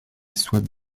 soient